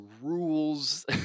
rules